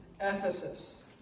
Ephesus